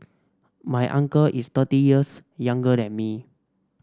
my uncle is thirty years younger than me